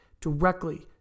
directly